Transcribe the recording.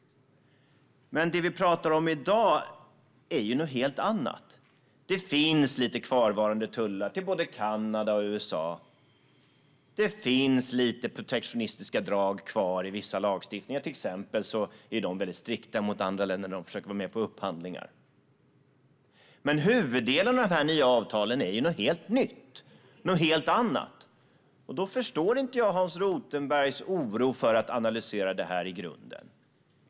Det vi talar om i dag är något helt annat. Det finns några kvarvarande tullar till både Kanada och USA, och det finns lite protektionistiska drag kvar i vissa lagstiftningar. Till exempel är de strikta mot andra länder när dessa försöker vara med på upphandlingar. Men huvuddelen av de nya avtalen är något helt nytt - något helt annat. Därför förstår inte jag Hans Rothenbergs oro för att analysera detta i grunden.